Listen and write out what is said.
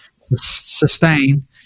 sustain